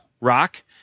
rock